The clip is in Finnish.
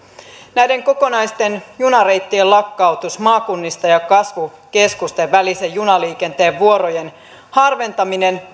näiden kokonaisten junareittien lakkautus maakunnista ja kasvukeskusten välisen junaliikenteen vuorojen harventaminen